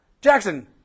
Jackson